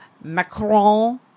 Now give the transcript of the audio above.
Macron